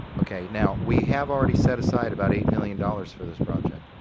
okay. now, we have already set aside about eight million dollars for this project.